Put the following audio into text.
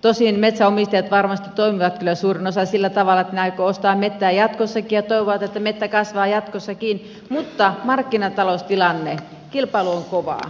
tosin suurin osa metsänomistajista varmasti toimii sillä tavalla että he aikovat ostaa metsää jatkossakin ja toivovat että metsä kasvaa jatkossakin mutta markkinataloustilanteessa kilpailu on kovaa